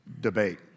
debate